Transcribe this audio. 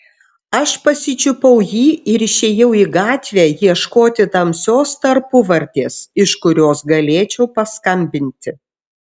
aš pasičiupau jį ir išėjau į gatvę ieškoti tamsios tarpuvartės iš kurios galėčiau paskambinti